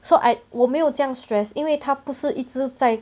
so I 我没有这样 stress 因为他不是一直在